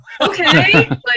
Okay